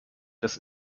das